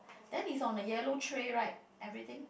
then it's on the yellow tray right everything